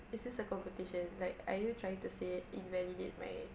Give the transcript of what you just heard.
is this a competition like are you trying to say invalidate my